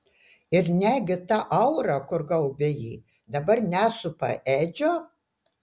ir negi ta aura kur gaubė jį dabar nesupa edžio